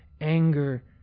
anger